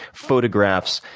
photographs,